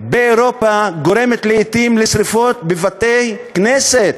באירופה גורמת לעתים לשרפות בבתי כנסת,